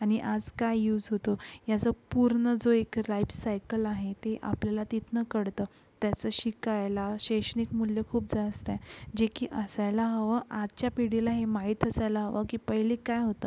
आणि आज काय यूज होतो याचा पूर्ण जो एक राईप सायकल आहे ते आपल्याला तिथून कळतं त्याचं शिकायला शैक्षणिक मूल्य खूप जास्त आहे जे की असायला हवं आजच्या पिढीला हे माहीत असायला हवं की पहिले काय होतं